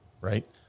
right